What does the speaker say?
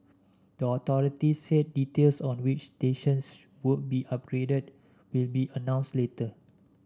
the authority said details on which stations would be upgraded will be announced later